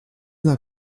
not